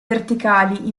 verticali